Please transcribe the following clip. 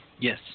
Yes